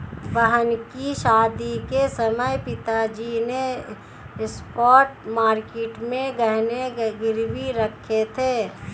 बहन की शादी के समय पिताजी ने स्पॉट मार्केट में गहने गिरवी रखे थे